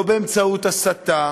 לא באמצעות הסתה,